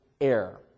air